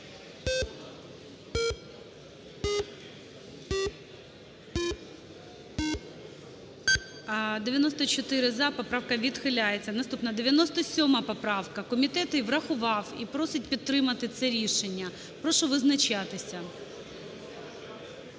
За-94 Поправка відхиляється. Наступна. 97 поправка. Комітет її врахував і просить підтримати це рішення. Прошу визначатися.